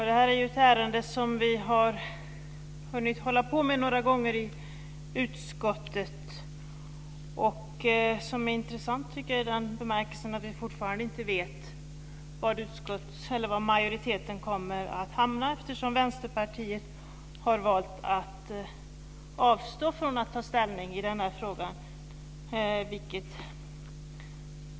Det här är ett ärende som vi har hunnit behandla några gånger i utskottet. Det är intressant att vi fortfarande inte vet var majoriteten kommer att hamna eftersom Vänsterpartiet har valt att avstå från att ta ställning i den här frågan.